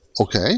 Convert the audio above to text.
Okay